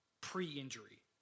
pre-injury